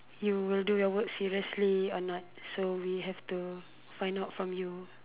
you will do your work seriously or not so we have to find out from you